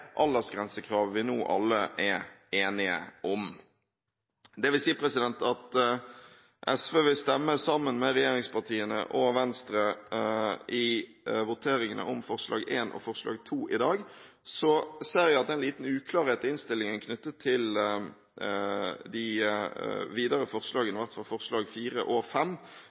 vi alle nå er enige om. Det vil si at SV vil stemme sammen med regjeringspartiene og Venstre i voteringen over forslagene nr. 1 og 2 i dag. Så ser jeg at det er en liten uklarhet i innstillingen knyttet til forslagene nr. 4 og 5. SV skal stemme for både forslagene nr. 3, 4 og